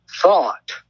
thought